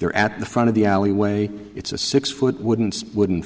you're at the front of the alleyway it's a six foot wouldn't wo